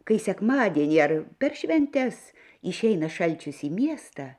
kai sekmadienį ar per šventes išeina šalčius į miestą